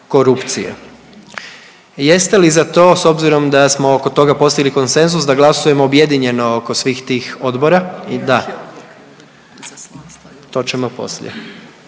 korupcije. Jeste li za to s obzirom da smo oko toga postigli konsenzus da glasujemo objedinjeno oko svih tih odbora? Da. …/Upadica